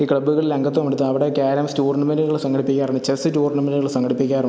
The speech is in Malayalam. ഈ ക്ലബ്ബുകളിൽ അംഗത്വം എടുത്ത് അവിടെ ക്യാരംസ് ടൂർണമെൻറുകൾ സംഘടിപ്പിക്കാറുണ്ട് ചെസ്സ് ടൂർണമെൻറുകൾ സംഘടിപ്പിക്കാറുണ്ട്